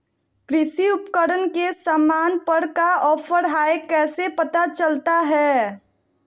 कृषि उपकरण के सामान पर का ऑफर हाय कैसे पता चलता हय?